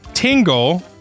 Tingle